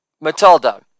Matilda